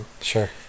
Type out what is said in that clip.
Sure